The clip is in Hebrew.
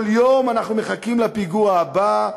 כל יום אנחנו מחכים לפיגוע הבא,